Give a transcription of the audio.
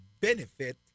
benefit